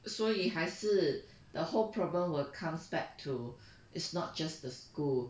所以还是 the whole problem will comes back to it's not just the school